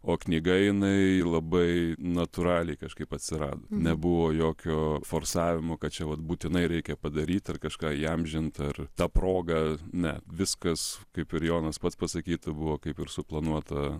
o knyga jinai labai natūraliai kažkaip atsirado nebuvo jokio forsavimo kad čia vat būtinai reikia padaryt ir kažką įamžint ar ta proga ne viskas kaip ir jonas pats pasakytų buvo kaip ir suplanuota